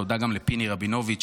תודה גם לפיני רבינוביץ',